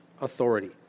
authority